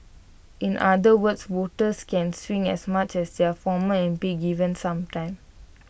in other words voters can swing as much as their former M P given some time